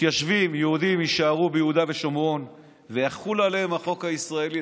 מתיישבים יהודים יישארו ביהודה ושומרון ויחול עליהם החוק הישראלי,